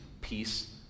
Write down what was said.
peace